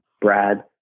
Brad